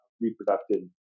reproductive